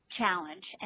challenge